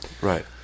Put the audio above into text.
Right